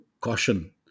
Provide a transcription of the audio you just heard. caution